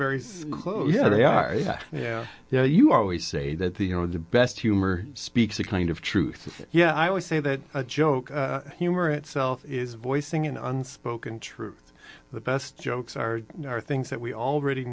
very close yeah they are yeah yeah you know you always say that the you know the best humor speaks a kind of truth yeah i would say that joke humor itself is voicing an unspoken truth the best jokes are are things that we already